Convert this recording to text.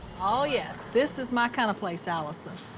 oh, yes. this is my kind of place, allisyn.